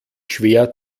schwer